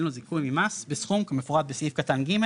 לו זיכוי ממס בסכום כמפורט בסעיף קטן (ג),